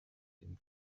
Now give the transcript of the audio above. dem